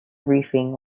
briefing